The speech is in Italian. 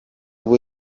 voi